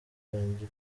ryanjye